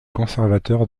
conservateur